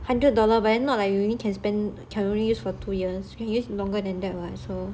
hundred dollar but then not like you only can spend can only use for two years can use longer than that one so